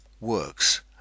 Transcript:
works